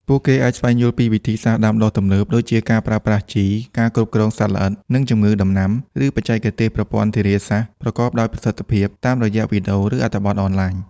ពួកគេអាចស្វែងយល់ពីវិធីសាស្ត្រដាំដុះទំនើប ដូចជាការប្រើប្រាស់ជី ការគ្រប់គ្រងសត្វល្អិត និងជំងឺដំណាំ ឬបច្ចេកទេសប្រព័ន្ធធារាសាស្រ្តប្រកបដោយប្រសិទ្ធភាព តាមរយៈវីដេអូ ឬអត្ថបទអនឡាញ។